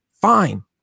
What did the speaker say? Fine